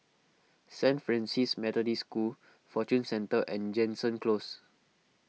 Saint Francis Methodist School Fortune Centre and Jansen Close